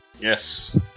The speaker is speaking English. yes